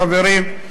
חברים.